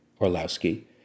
Orlowski